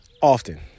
often